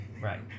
Right